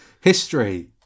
History